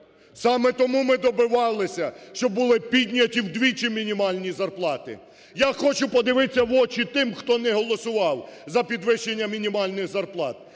Саме тому ми добивалися, щоб були підняті вдвічі мінімальні зарплати. Я хочу подивитися в очі тим, хто не голосував за підвищення мінімальної зарплати.